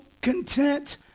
content